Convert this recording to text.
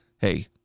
hey